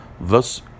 thus